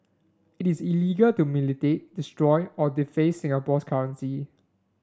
it is illegal to mutilate destroy or deface Singapore's currency